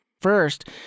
First